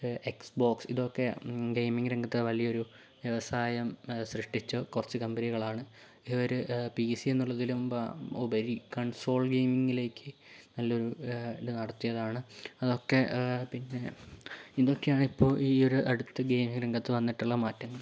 X box ഇതൊക്കെ ഗെയിമിങ്ങ് രംഗത്ത് വലിയൊരു വ്യവസായം സൃഷ്ടിച്ചു കുറച്ച് കമ്പനികളാണ് ഇവര് പി സി എന്നുള്ളതിലും ഉപരി കൺസോൾ ഗെയിമിങ്ങിലേക്ക് നല്ലൊരു ഇത് നടത്തിയതാണ് അതൊക്കെ പിന്നെ ഇതൊക്കെയാണ് ഇപ്പോൾ ഈയൊരു അടുത്ത ഗെയിമിങ്ങ് രംഗത്ത് വന്നിട്ടുള്ള മാറ്റങ്ങൾ